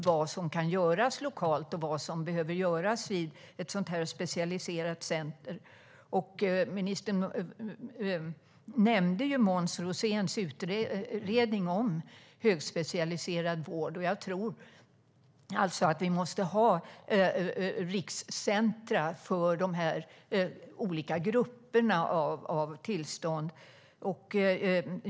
Vad som kan göras lokalt och vad som behöver göras vid ett specialiserat center kan man sedan ta upp med en vårdcentral där personen bor. Ministern nämnde Måns Roséns utredning om högspecialiserad vård. Jag tror att vi måste ha rikscentrum för de olika grupperna av tillstånd.